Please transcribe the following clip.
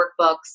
workbooks